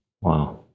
Wow